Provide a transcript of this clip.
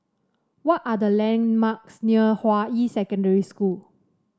what are the landmarks near Hua Yi Secondary School